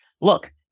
look